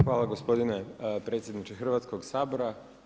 Hvala gospodine predsjedniče Hrvatskog sabora.